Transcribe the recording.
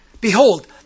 Behold